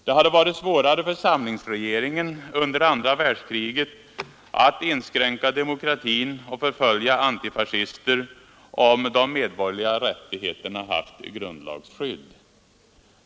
Det hade varit svårare för samlingsregeringen under andra världskriget att inskränka demokratin och förfölja antifascister, om de medborgerliga rättigheterna haft grundlagsskydd.